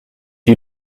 you